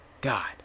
god